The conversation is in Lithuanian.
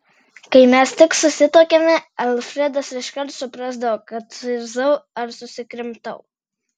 kai mes tik susituokėme alfredas iškart suprasdavo kad suirzau ar susikrimtau